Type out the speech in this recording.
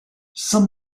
some